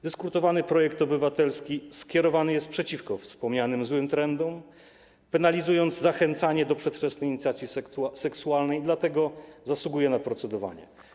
Dyskutowany projekt obywatelski skierowany jest przeciwko wspomnianym złym trendom, penalizując zachęcanie do przedwczesnej inicjacji seksualnej, dlatego zasługuje na procedowanie.